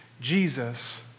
Jesus